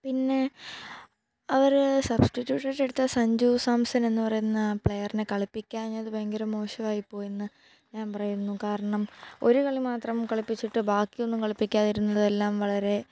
പിന്നെ അവർ സബ്സ്റ്റിറ്റ്യൂഷൻ എടുത്ത സഞ്ചൂ സാംസൺ എന്നു പറയുന്ന പ്ലെയറിനെ കളിപ്പിക്കാഞ്ഞത് വളരെ മോശമായിപ്പോയെന്നു ഞാൻ പറയുന്നു കാരണം ഒരു കളി മാത്രം കളിപ്പിച്ചിട്ട് ബാക്കി ഒന്നും കളിപ്പിക്കാതിരുന്നത് എല്ലാം വളരെ